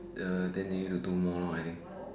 the then they need to do more I think